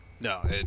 No